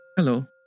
Hello